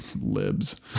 libs